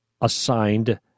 assigned